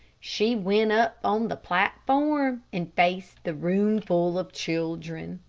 she went up on the platform, and faced the roomful of children.